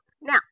Now